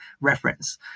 reference